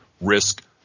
risk